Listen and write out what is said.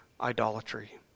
idolatry